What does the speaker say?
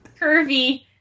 curvy